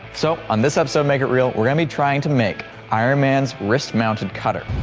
so on this episode make it real we're gonna be trying to make iron man's wrist mounted cutter.